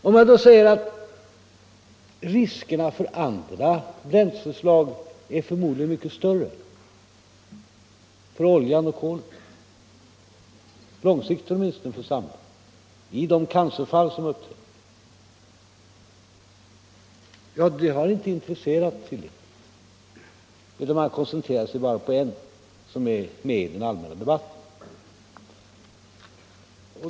Om jag då säger att riskerna med andra bränsleslag åtminstone på sikt förmodligen är mycket större —- det gäller oljan och kolet med de cancerfall som uppträder — intresserar det tydligen inte centerpartiet, utan man koncentrerar sig på en enda energikälla, den som varit föremål för allmän debatt.